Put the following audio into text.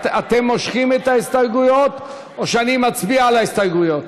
אתם מושכים את ההסתייגויות או שנצביע על ההסתייגויות?